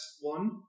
one